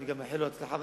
אני גם מאחל לו גם הצלחה,